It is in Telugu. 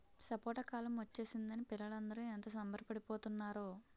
సపోటా కాలం ఒచ్చేసిందని పిల్లలందరూ ఎంత సంబరపడి పోతున్నారో